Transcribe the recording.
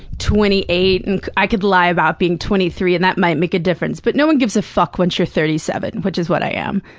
twenty eight, and i could lie about being twenty three and that might make a difference, but no one gives a fuck once you're thirty seven, and which is what i am.